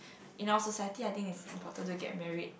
in our society I think it's important to get married